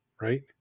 right